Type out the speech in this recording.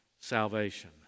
salvation